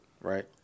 right